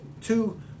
two